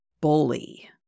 bully